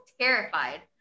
terrified